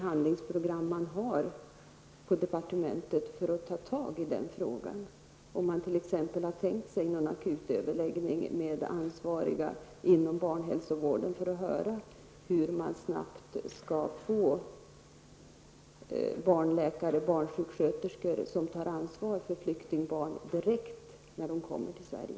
Har man t.ex. tänkt sig någon akutöverläggning med ansvariga inom barnhälsovården för att höra hur man snabbt skall kunna få barnläkare och barnsjuksköterskor som tar ansvar för flyktingbarnen direkt när de kommer till Sverige?